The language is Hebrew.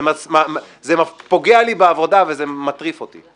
זה פוגע לי בעבודה וזה מטריף אותי.